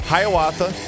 Hiawatha